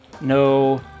No